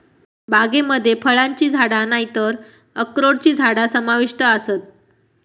बागेमध्ये फळांची झाडा नायतर अक्रोडची झाडा समाविष्ट आसत